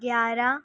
گیارہ